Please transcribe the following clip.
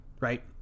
right